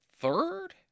third